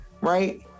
right